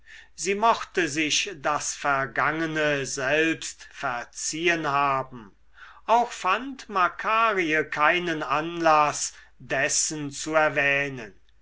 sie mochte sich das vergangene selbst verziehen haben auch fand makarie keinen anlaß dessen zu erwähnen